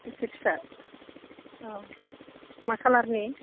एसे फिसा अ मा खालारनि